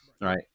right